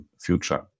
future